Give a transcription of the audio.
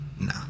No